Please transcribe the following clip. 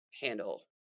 handle